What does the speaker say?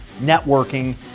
networking